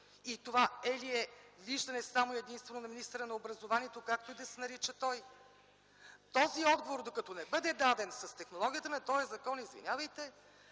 И това е ли е виждане само и единствено на министъра на образованието, както и да се нарича той? Този отговор докато не бъде даден с технологията на този закон, извинявайте,